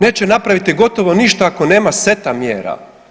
Neće napraviti gotovo ništa, ako nema seta mjera.